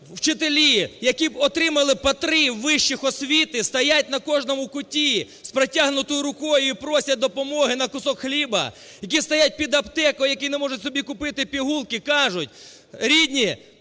вчителі, які отримали по три вищі освіти, стоять на кожному куті з протягнутою рукою і просять допомоги на кусок хліба, які стоять під аптекою, які не можуть собі купити пігулки, кажуть: "Рідні!